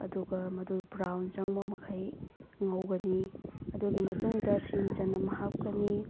ꯑꯗꯨꯒ ꯃꯗꯨ ꯕ꯭ꯔꯥꯎꯟ ꯆꯪꯕ ꯃꯈꯩ ꯉꯧꯒꯅꯤ ꯑꯗꯨꯒꯤ ꯃꯇꯨꯡꯗ ꯁꯤꯡ ꯆꯅꯝ ꯍꯥꯞꯀꯅꯤ